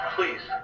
Please